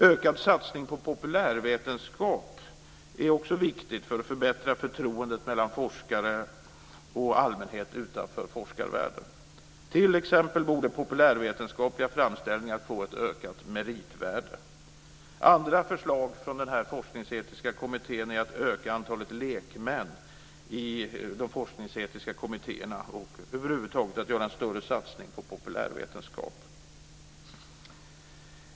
Ökad satsning på populärvetenskap är också viktigt för att förbättra förtroendet mellan forskare och allmänhet utanför forskarvärlden. T.ex. borde populärvetenskapliga framställningar få ett ökat meritvärde. Andra förslag från den forskningsetiska kommittén är att öka antalet lekmän i de forskningsetiska kommittéerna och att över huvud taget göra en större satsning på populärvetenskap.